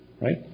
Right